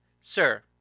Sir